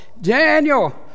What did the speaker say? Daniel